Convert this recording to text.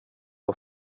och